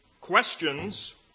questions